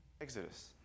Exodus